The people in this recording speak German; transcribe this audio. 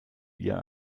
ihr